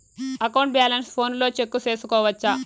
account balance ఫోనులో check సేసుకోవచ్చా